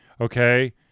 Okay